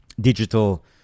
digital